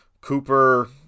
Cooper